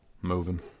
Moving